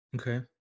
okay